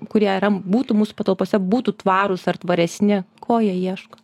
kurie yra būtų mūsų patalpose būtų tvarūs ar tvaresni ko jie ieško